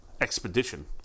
expedition